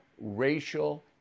racial